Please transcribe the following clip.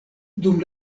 dum